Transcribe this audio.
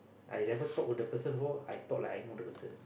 I never talk to the person before I talk like I know the person